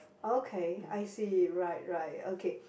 okay I see right right okay